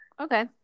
Okay